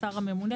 "השר הממונה",